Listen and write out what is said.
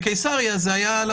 ובקיסריה זה היה על הבית.